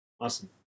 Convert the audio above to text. Awesome